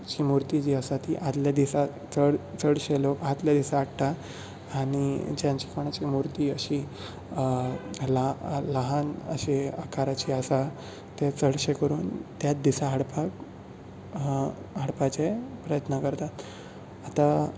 जी मुर्ती जी आसा ती आदल्या दिसा चड चडशे लोक आदले दिसा हाडटात आनी जांची कोणाची मुर्ती अशी ल्हान ल्हान अशा आकाराची आसा ते चडशे करून त्याच दिसा हाडपाक हाडपाचे प्रयत्न करतात